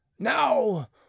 Now